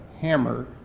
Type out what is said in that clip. hammer